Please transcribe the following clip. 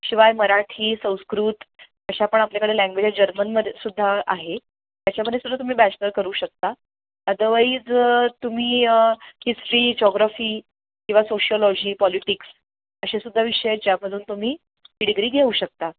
शिवाय मराठी संस्कृत अशा पण आपल्याकडे लँग्वेज आहे जर्मनमध्ये सुद्धा आहे त्याच्यामध्ये सुद्धा तुम्ही बॅचलर करू शकता अदवाईज तुम्ही हिस्ट्री जॉग्रॉफी किंवा सोशोलॉजी पॉलिटिक्स असे सुद्धा विषय आहेत ज्यामधून तुम्ही ती डिग्री घेऊ शकता